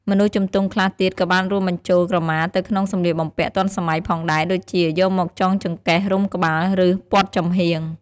មនុស្សជំទង់ខ្លះទៀតក៏បានរួមបញ្ចូលក្រមាទៅក្នុងសម្លៀកបំពាក់ទាន់សម័យផងដែរ ដូចជា យកមកចងចង្កេះ រុំក្បាល ឬ ព័ទ្ធចំហៀង។